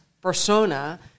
persona